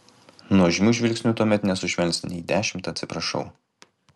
nuožmių žvilgsnių tuomet nesušvelnins nei dešimt atsiprašau